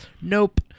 Nope